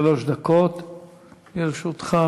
שלוש דקות לרשותך.